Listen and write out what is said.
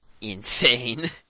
insane